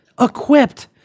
equipped